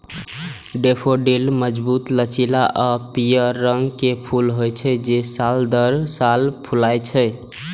daffodil मजबूत, लचीला आ पीयर रंग के फूल होइ छै, जे साल दर साल फुलाय छै